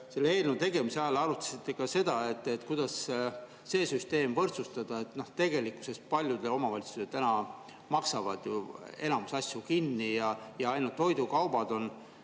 eelnõu tegemise ajal arutasite ka seda, kuidas seda süsteemi võrdsustada? Tegelikkuses paljud omavalitsused täna maksavad enamuse asju kinni ja toidukaubad [on